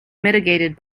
mitigated